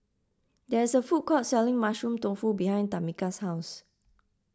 there is a food court selling Mushroom Tofu behind Tamika's house